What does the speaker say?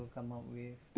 mm